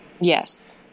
Yes